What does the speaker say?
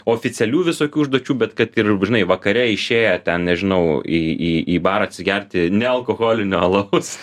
oficialių visokių užduočių bet kad ir žinai vakare išėję ten nežinau į į į barą atsigerti nealkoholinio alaus